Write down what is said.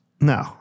No